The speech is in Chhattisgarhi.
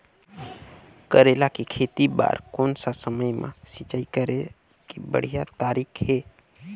करेला के खेती बार कोन सा समय मां सिंचाई करे के बढ़िया तारीक हे?